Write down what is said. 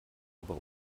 aber